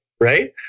right